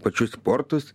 pačius sportus